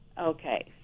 okay